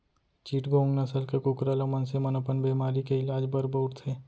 चिटगोंग नसल के कुकरा ल मनसे मन अपन बेमारी के इलाज बर बउरथे